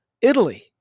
Italy